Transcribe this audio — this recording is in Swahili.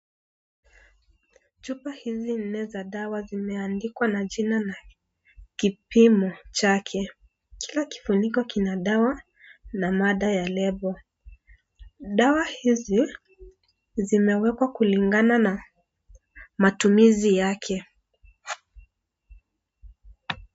Chupa hizi nne za dawa zimeandikwa na jina na kipimo chake. Kila kifuniko kina dawa, na mada ya lebo. Dawa hizi, zimewekwa kulingana na matumizi yake.